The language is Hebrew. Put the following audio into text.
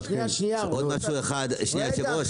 עוד משהו אחד אדוני היושב ראש,